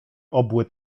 obły